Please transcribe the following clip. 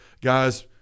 guys